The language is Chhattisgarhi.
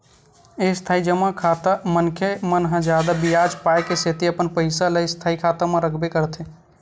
इस्थाई जमा खाता मनखे मन ह जादा बियाज पाय के सेती अपन पइसा ल स्थायी खाता म रखबे करथे